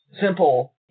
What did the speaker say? simple